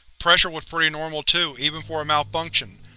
pressure was pretty normal, too, even for a malfunction,